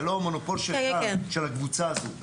זה לא המונופול של הקבוצה הזאת,